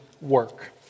work